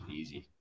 easy